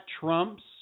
trumps